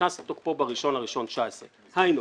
שנכנס לתוקפו ב-1 בינואר 2019. היינו,